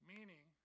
Meaning